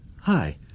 hi